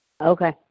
Okay